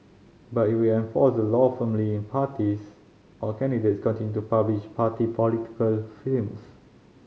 but it will enforce the law firmly if parties or candidates continue to publish party political films